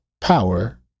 power